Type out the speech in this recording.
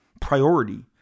priority